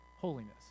holiness